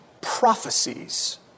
prophecies